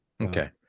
okay